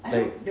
like